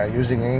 using